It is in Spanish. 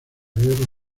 guerra